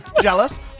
jealous